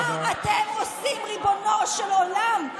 מה אתם עושים, ריבונו של עולם?